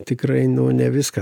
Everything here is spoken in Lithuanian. tikrai nu ne viską